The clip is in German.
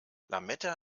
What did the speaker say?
lametta